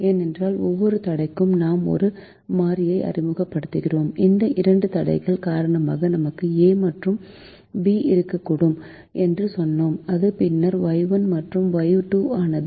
ஏனென்றால் ஒவ்வொரு தடைக்கும் நாம் ஒரு மாறியை அறிமுகப்படுத்துகிறோம் இந்த இரண்டு தடைகள் காரணமாக நமக்கு A மற்றும் B இருக்கட்டும் என்று சொன்னோம் அது பின்னர் Y1 மற்றும் Y2 ஆனது